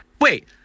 wait